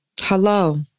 Hello